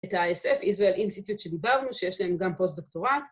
‫את ה-ISF, Israel Institute, ‫שדיברנו, שיש להם גם פוסט-דוקטורט.